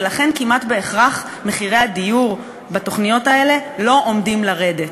ולכן כמעט בהכרח מחירי הדיור בתוכניות האלה לא עומדים לרדת,